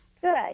Good